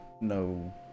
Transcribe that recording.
no